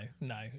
no